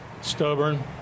stubborn